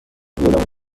ویلون